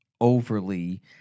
overly